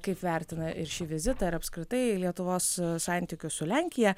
kaip vertina ir šį vizitą ir apskritai lietuvos santykius su lenkija